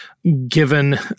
Given –